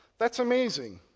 that's amazing.